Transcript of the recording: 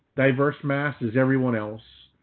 diverse mass is everyone else.